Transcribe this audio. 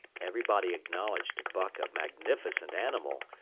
everybody acknowledged buck a magnificent animal,